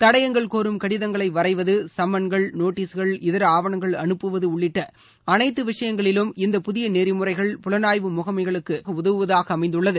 தடபங்கள் கோரும் கடிதங்களை வரைவது சம்மன்கள் நோட்டசுகள் இதர ஆவணங்கள் அனுப்புவது உள்ளிட்ட அனைத்து விஷயங்களிலும் இந்த புதிய நெறிமுறைகள் புலனாய்வு முக்மகளுக்கு கட்டம் கட்டமாக உதவுவதாக அமைந்துள்ளது